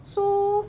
so